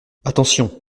attention